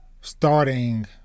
starting